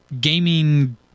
gaming